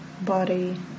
body